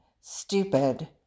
stupid